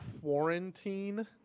quarantine